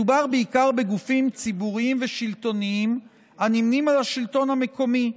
מדובר בעיקר בגופים ציבוריים ושלטוניים הנמנים עם השלטון המקומי,